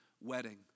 wedding